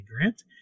Grant